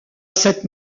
cette